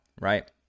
right